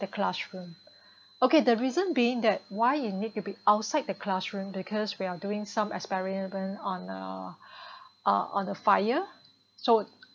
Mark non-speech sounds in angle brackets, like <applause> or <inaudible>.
the classroom okay the reason being that why you need to be outside the classroom because we are doing some experiment on uh <breath> uh on the fire so